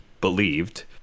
believed